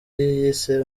yise